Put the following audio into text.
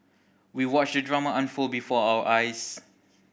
we watched the drama unfold before our eyes